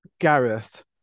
Gareth